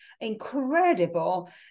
incredible